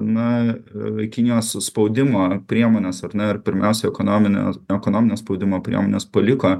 na kinijos suspaudimo priemonės ar ne ir pirmiausia ekonominė ekonominio spaudimo priemones paliko